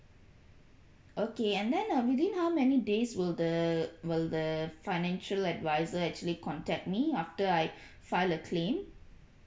okay and then um within how many days will the will the financial advisor actually contact me after I file a claim